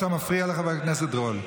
אתה מפריע לחבר הכנסת רול.